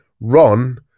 Ron